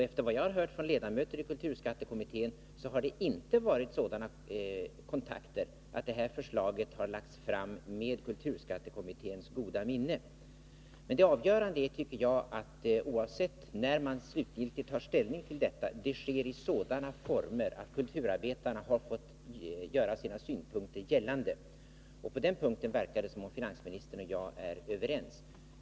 Efter vad jag har hört från ledamöter i kulturskattekommittén har det inte förekommit sådana kontakter att man kan säga att detta förslag har lagts fram med kulturskattekommitténs goda minne. Men det avgörande är att kulturarbetarna får göra sina synpunkter gällande innan man slutgiltigt tar ställning till förslaget, oavsett när detta sker. På den punkten verkar det som om finansministern och jag är överens.